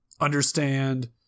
understand